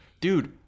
Dude